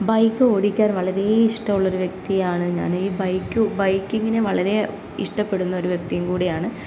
bike ഓടിക്കാൻ വളരേ ഇഷ്ടം ഉള്ള ഒരു വ്യക്തിയാണ് ഞാൻ ഈ ബൈക്ക ബൈക്കിങ്ങിനെ വളരെ ഇഷ്ടപ്പെടുന്ന ഒരു വ്യക്തിയും കൂടിയാണ്